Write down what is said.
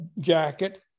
jacket